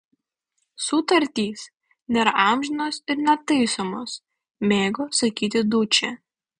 sutartys nėra amžinos ir netaisomos mėgo sakyti dučė